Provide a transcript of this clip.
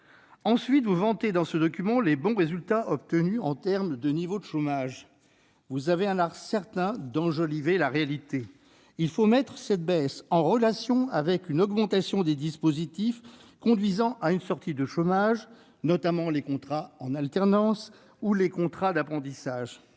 briser ! Vous vantez dans ce document les bons résultats obtenus en matière de baisse du chômage. Vous avez un art certain d'enjoliver la réalité ! Il faut mettre cette baisse en relation avec une augmentation des dispositifs conduisant à une sortie du chômage, notamment les contrats en alternance et les contrats d'apprentissage.